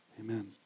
Amen